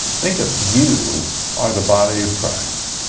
think of you are the body of christ.